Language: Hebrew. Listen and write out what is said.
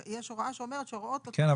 יש הוראה שאומרת שהוראות החוק הקיים --- כן,